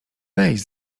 weź